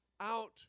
out